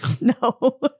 No